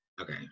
okay